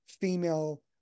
female